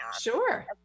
Sure